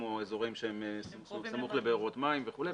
כמו אזורים שהם סמוך לבארות מים וכולי.